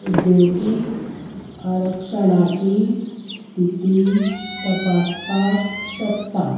उद्द्योगीक आरक्षणाची स्थिती तपासपाक शकता